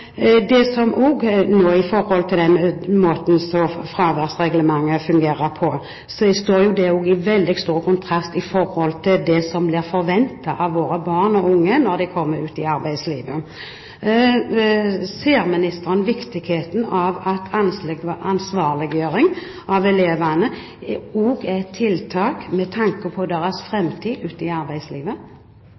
Den måten som fraværsreglementet fungerer på nå, står jo også i veldig stor kontrast til det som blir forventet av våre barn og unge når de kommer ut i arbeidslivet. Ser ministeren viktigheten av at ansvarliggjøring av elevene også er et tiltak med tanke på deres framtid ute i arbeidslivet?